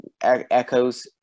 echoes